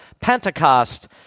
Pentecost